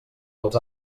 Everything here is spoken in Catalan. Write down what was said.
els